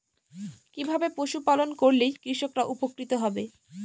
কিভাবে পশু পালন করলেই কৃষকরা উপকৃত হবে?